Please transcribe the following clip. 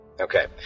Okay